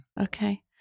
Okay